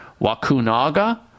Wakunaga